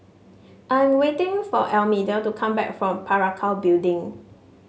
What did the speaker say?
I am waiting for Almedia to come back from Parakou Building